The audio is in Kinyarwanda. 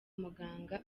muganga